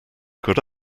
could